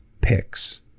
picks